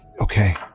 Okay